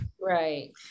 right